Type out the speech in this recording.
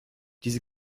diese